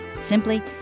Simply